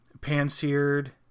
pan-seared